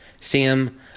Sam